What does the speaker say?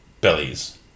bellies